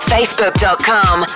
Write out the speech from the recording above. Facebook.com